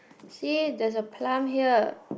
see there is a plum here